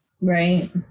right